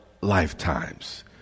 lifetimes